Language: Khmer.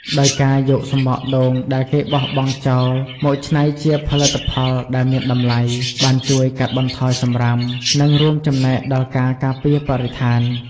ដោយការយកសំបកដូងដែលគេបោះបង់ចោលមកច្នៃជាផលិតផលដែលមានតម្លៃ បានជួយកាត់បន្ថយសំរាម និងរួមចំណែកដល់ការការពារបរិស្ថាន។